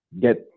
get